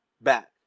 back